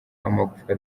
amagufwa